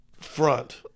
front